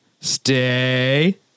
Stay